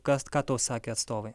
kas ką tau sakė atstovai